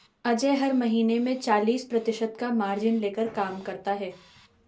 अजय हर महीने में चालीस प्रतिशत का मार्जिन लेकर काम करता है